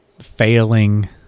failing